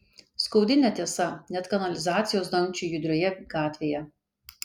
skaudi netiesa net kanalizacijos dangčiui judrioje gatvėje